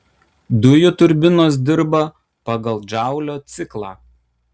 dujų turbinos dirba pagal džaulio ciklą